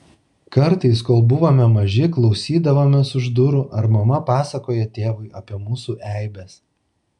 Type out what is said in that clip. kartais kol buvome maži klausydavomės už durų ar mama pasakoja tėvui apie mūsų eibes